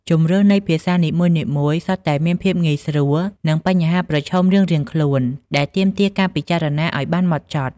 ជម្រើសនៃភាសានីមួយៗសុទ្ធតែមានភាពងាយស្រួល និងបញ្ហាប្រឈមរៀងៗខ្លួន ដែលទាមទារការពិចារណាឱ្យបានហ្មត់ចត់។